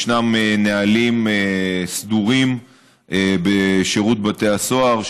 ישנם נהלים סדורים בשירות בתי הסוהר,